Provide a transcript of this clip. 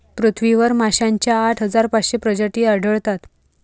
पृथ्वीवर माशांच्या आठ हजार पाचशे प्रजाती आढळतात